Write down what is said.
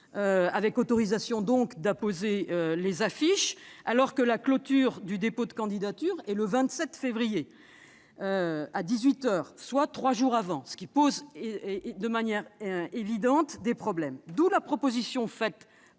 avec autorisation d'apposer les affiches, alors que la clôture du dépôt de candidature est le 27 février, à dix-huit heures, soit trois jours avant, ce qui pose de manière évidente des problèmes de délais. La proposition